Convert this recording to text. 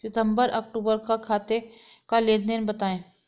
सितंबर अक्तूबर का खाते का लेनदेन बताएं